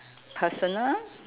personal